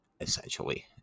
essentially